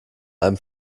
einem